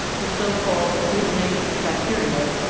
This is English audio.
the so called agglutination of bacteria,